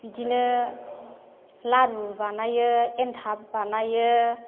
बिदिनो लारु बानायो एन्थाब बानायो